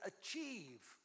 achieve